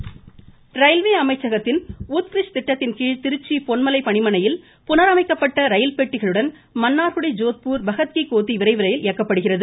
voice railway அமைச்சகத்தின் உத்கிருஷ்ட் திட்டத்தின்கீழ் திருச்சி பொன்மலை பணிமனையில் புனரமைக்கப்பட்ட ரயில் பெட்டிகளுடன் மன்னார்குடி ஜோத்பூர் பகத் கி கோத்தி விரைவு ரயில் இயக்கப்படுகிறது